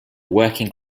working